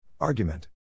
Argument